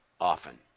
often